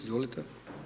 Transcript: Izvolite.